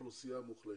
אוכלוסייה מוחלשת.